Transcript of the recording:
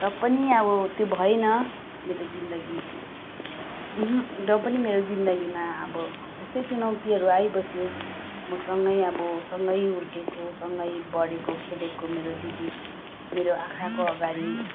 र पनि अब त्यो भएन मेरो जिन्दगी अहँ र पनि मेरो जिन्दगीमा अब त्यस्तै चुनौतीहरू आइबस्यो म सँगै अब हुर्केको सँगै बडेको खेलेको मेरो दिदी मेरो आँखाको अगाडि